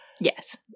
Yes